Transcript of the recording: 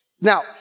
Now